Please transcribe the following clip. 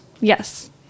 yes